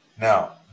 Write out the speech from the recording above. Now